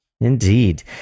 Indeed